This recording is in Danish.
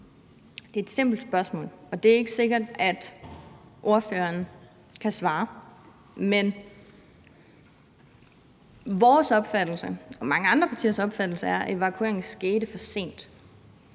Jeg har et simpelt spørgsmål, og det er ikke sikkert, at ordføreren kan svare. Vores og mange andre partiers opfattelse er, at evakueringen skete for sent.